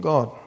God